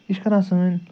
یہِ چھِ کَران سٲنۍ